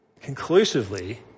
conclusively